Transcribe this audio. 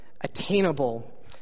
attainable